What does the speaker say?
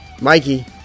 Mikey